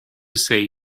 say